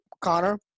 Connor